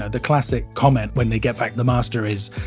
ah the classic comment when they get back the master is,